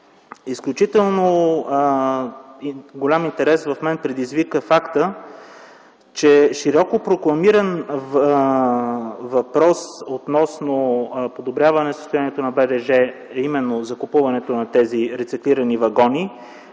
Изключително голям интерес в мен предизвика фактът, че широко прокламиран въпрос относно подобряване състоянието на БДЖ, е именно закупуването на тези рециклирани вагони.